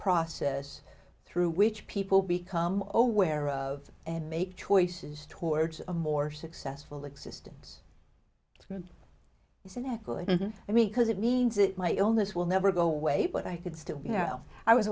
process through which people become aware of and make choices towards a more successful existence isn't that good i mean because it means that my illness will never go away but i could still be well i was